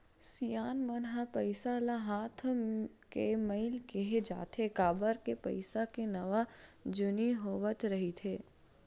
सियान मन ह पइसा ल हाथ के मइल केहें जाथे, काबर के पइसा के नवा जुनी होवत रहिथे